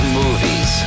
movies